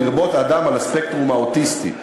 "לרבות האדם על הספקטרום האוטיסטי",